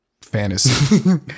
fantasy